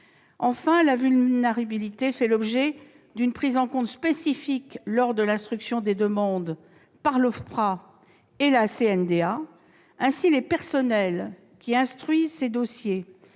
Enfin, la vulnérabilité fait l'objet d'une prise en compte spécifique lors de l'instruction des demandes par l'OFPRA et la CNDA. Ainsi les personnels qui instruisent ces dossiers